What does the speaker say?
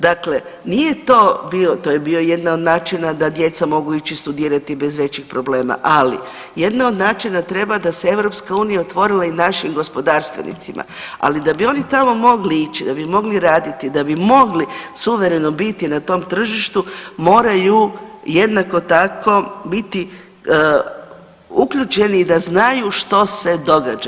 Dakle, nije to bio, to je bio jedan od načina da djeca mogu ići studirati bez većih problema, ali jedna od načina treba da se EU otvorila i našim gospodarstvenicima, ali da bi oni tamo mogli ići, da bi mogli raditi, da bi mogli suvereno biti na tom tržištu moraju jednako tako biti uključeni da znaju što se događa.